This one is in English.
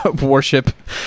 warship